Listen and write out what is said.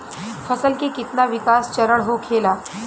फसल के कितना विकास चरण होखेला?